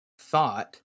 thought